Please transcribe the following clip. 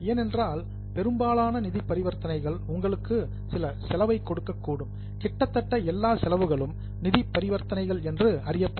ஏனென்றால் பெரும்பாலான நிதி பரிவர்த்தனைகள் உங்களுக்கு சில செலவை கொடுக்கக் கூடும் கிட்டத்தட்ட எல்லா செலவுகளும் நிதிப் பரிவர்த்தனைகள் என்று அறியப்படும்